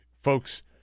folks